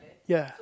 ya